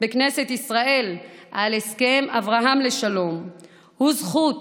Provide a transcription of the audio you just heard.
בכנסת ישראל על הסכם אברהם לשלום הוא זכות